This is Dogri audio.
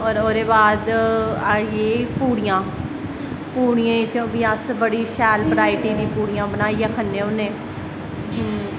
और ओह्दे बाद आई गेईयां पूड़ियां पूड़ियें च बी अस बड़ी शैल बराईटी दी पूड़ियां बनाईयै खन्ने होन्ने